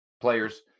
players